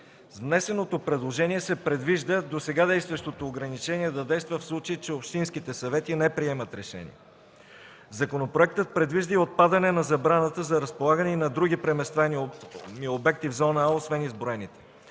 внесеното предложение се предвижда досега действащото ограничение да действа, в случай че общинските съвети не приемат решение. Законопроектът предвижда и отпадане на забраната за разполагане и на други преместваеми обекти в зона „А” освен изброените.